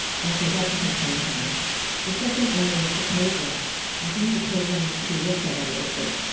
and so that a concern to me the second really is the program i think the program needs to be looked at a little bit.